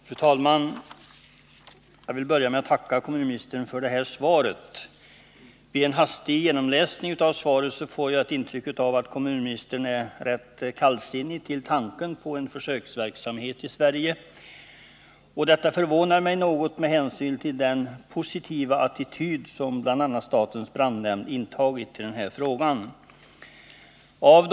Fru talman! Jag vill börja med att tacka kommunministern för svaret. Vid en hastig genomläsning får jag ett intryck av att kommunministern är rätt kallsinnig till tanken på en försöksverksamhet i Sverige. Detta förvånar mig något med hänsyn till den positiva attityd som bl.a. statens brandnämnd har intagit.